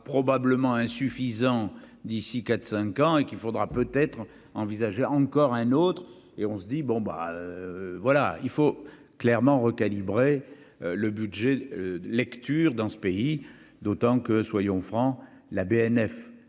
probablement insuffisant d'ici 4 5 ans et qu'il faudra peut-être envisager encore un autre, et on se dit bon bah voilà il faut clairement recalibrer le budget lecture dans ce pays, d'autant que, soyons francs, la BNF